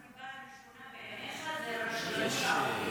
הסיבה הראשונה בעיניך זה רשלנות העובדים.